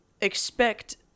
expect